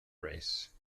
race